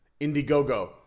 Indiegogo